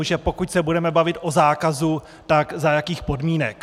Že pokud se tedy budeme bavit o zákazu, tak za jakých podmínek.